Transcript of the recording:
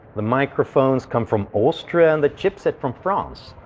the microphones come from austria, and the chip set from france.